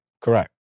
Correct